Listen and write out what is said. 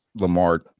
Lamar